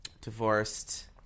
divorced